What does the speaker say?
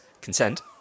consent